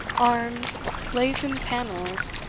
arms, blazoned panels,